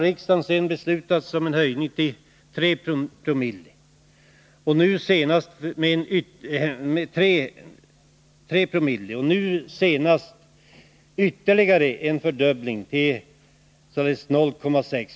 Riksdagen har sedan beslutat om en höjning till 3 Zoo och nu senast om ytterligare en fördubbling till 0,6 26.